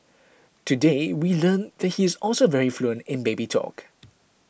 today we learned that he is also very fluent in baby talk